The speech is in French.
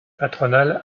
patronale